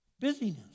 Busyness